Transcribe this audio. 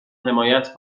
حمایت